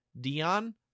Dion